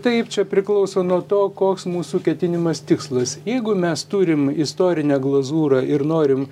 taip čia priklauso nuo to koks mūsų ketinimas tikslas jeigu mes turim istorinę glazūrą ir norim